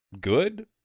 Good